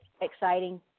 exciting